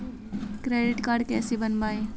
Credit card कैसे बनवाएँ?